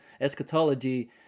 eschatology